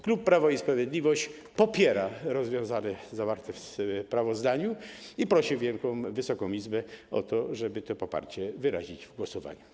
Klub Prawo i Sprawiedliwość popiera rozwiązanie zawarte w sprawozdaniu i prosi Wysoką Izbę o to, żeby to poparcie wyrazić w głosowaniu.